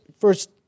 first